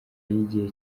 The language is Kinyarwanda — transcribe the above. y’igihe